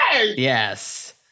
Yes